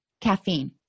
caffeine